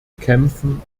kämpfen